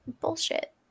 bullshit